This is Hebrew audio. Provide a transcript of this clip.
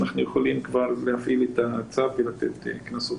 שאנחנו יכולים להפעיל את הצו ולתת קנסות.